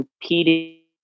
competing